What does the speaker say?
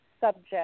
subject